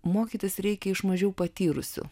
mokytis reikia iš mažiau patyrusių